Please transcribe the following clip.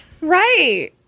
Right